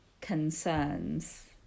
concerns